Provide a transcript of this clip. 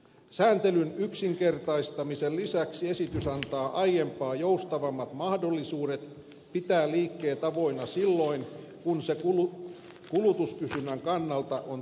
sääntelyn yksinkertaistamisen lisäksi esitys antaa aiempaa joustavammat mahdollisuudet pitää liikkeet avoinna silloin kun se kulutuskysynnän kannalta on tarkoituksenmukaisinta